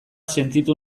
sentitu